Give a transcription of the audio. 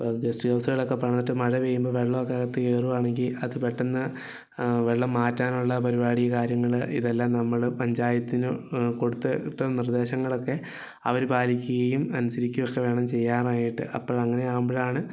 ഇപ്പോൾ ഗസ്റ്റ് ഹൗസുകളൊക്കെ പണിതിട്ട് മഴ പെയ്യുമ്പോൾ വെള്ളമൊക്കെ അകത്ത് കയറുകയാണെങ്കിൽ അത് പെട്ടെന്ന് വെള്ളം മാറ്റാനുള്ള പരിപാടി കാര്യങ്ങൾ ഇതെല്ലാം നമ്മൾ പഞ്ചായത്തിന് കൊടുത്തിട്ട് നിർദ്ദേശങ്ങളൊക്കെ അവർ പാലിക്കുകയും അനുസരിക്കുകയൊക്കെ വേണം ചെയ്യാനായിട്ട് അപ്പോഴങ്ങനെ ആവുമ്പോഴാണ്